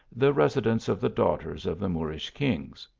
the residence of the daughters of the moorish kings.